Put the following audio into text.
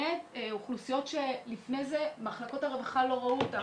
אוכלוסיות שלפני זה מחלקות הרווחה לא הכירו אותן.